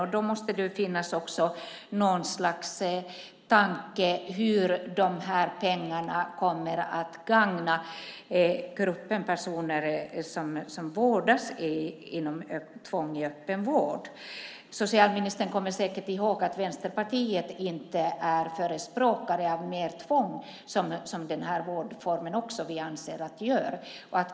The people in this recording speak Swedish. Därmed måste det väl också finnas något slags tanke om hur de här pengarna kommer att gagna den grupp personer som vårdas enligt vårdformen tvång i öppen vård. Socialministern kommer säkert ihåg att Vänsterpartiet inte förespråkar mer tvång, något som vi anser att den här vårdformen innebär.